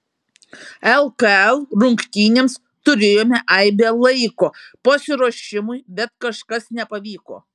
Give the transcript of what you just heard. lkl rungtynėms turėjome aibę laiko pasiruošimui bet kažkas nepavyko